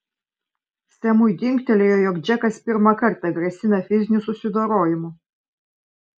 semui dingtelėjo jog džekas pirmą kartą grasina fiziniu susidorojimu